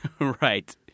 Right